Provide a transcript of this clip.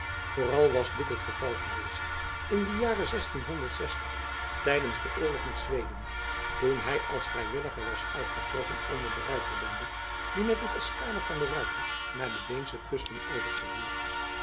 vooral was dit het geval geweest in den jare tijdens den oorlog met zweden toen hy als vrijwilliger was uitgetrokken onder de ruiterbende die met het eskader van de ruyter naar de deensche kusten